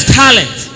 talent